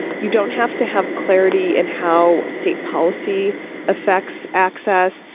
you don't have to have clarity in how state policy affects access.